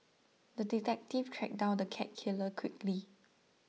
the detective tracked down the cat killer quickly